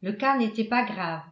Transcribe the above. le cas n'était pas grave